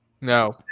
No